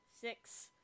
six